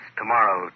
tomorrow